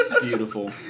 Beautiful